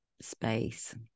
space